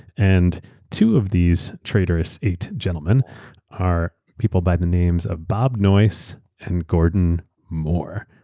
and two of these traitorous eight gentlemen are people by the names of bob noyce and gordon moore.